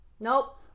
Nope